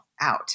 out